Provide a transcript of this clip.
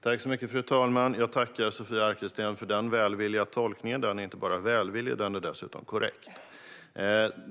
Fru talman! Jag tackar Sofia Arkelsten för den välvilliga tolkningen; den är inte bara välvillig utan dessutom korrekt.